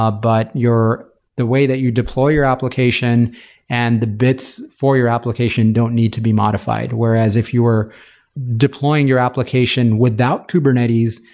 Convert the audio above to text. ah but the way that you deploy your application and the bits for your application don't need to be modified, whereas if you are deploying your application without kubernetes,